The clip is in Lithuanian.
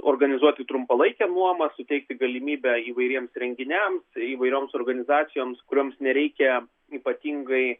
organizuoti trumpalaikę nuomą suteikti galimybę įvairiems renginiams įvairioms organizacijoms kurioms nereikia ypatingai